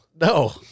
No